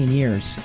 years